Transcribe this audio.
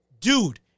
Dude